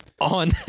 on